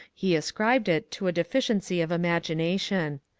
he ascribed it to a deficiency of imagination.